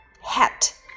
hat